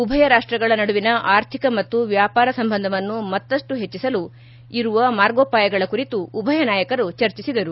ಉಭಯ ರಾಷ್ಟಗಳ ನಡುವಿನ ಆರ್ಥಿಕ ಮತ್ತು ವ್ಯಾಪಾರ ಸಂಬಂಧವನ್ನು ಮತ್ತಷ್ಟು ಹೆಚ್ಚಿಸಲು ಇರುವ ಮಾರ್ಗೋಪಾಯಗಳ ಕುರಿತು ಉಭಯ ನಾಯಕರು ಚರ್ಚಿಸಿದರು